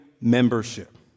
membership